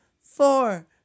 four